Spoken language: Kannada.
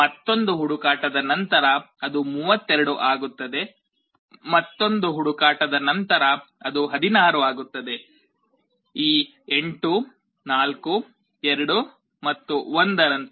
ಮತ್ತೊಂದು ಹುಡುಕಾಟದ ನಂತರ ಅದು 32 ಆಗುತ್ತದೆ ಮತ್ತೊಂದು ಹುಡುಕಾಟದ ನಂತರ ಅದು 16 ಆಗುತ್ತದೆ ಈ 8 4 2 ಮತ್ತು 1 ರಂತೆ